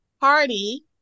party